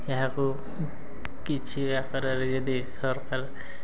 ଏହାକୁ କିଛି ଆକାରରେ ଯଦି ସରକାର